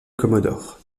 commodore